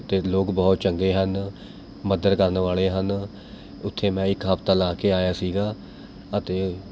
ਅਤੇ ਲੋਕ ਬਹੁਤ ਚੰਗੇ ਹਨ ਮਦਦ ਕਰਨ ਵਾਲ਼ੇ ਹਨ ਉੱਥੇ ਮੈਂ ਇੱਕ ਹਫਤਾ ਲਾ ਕੇ ਆਇਆ ਸੀਗਾ ਅਤੇ